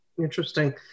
interesting